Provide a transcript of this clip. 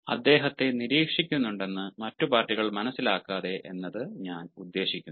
അദ്ദേഹത്തെ നിരീക്ഷിക്കുന്നുണ്ടെന്ന് മറ്റ് പാർട്ടികൾ മനസ്സിലാക്കാതെ എന്നത് ഞാൻ ഉദ്ദേശിക്കുന്നു